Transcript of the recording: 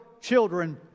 children